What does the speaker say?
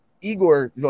igor